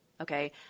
Okay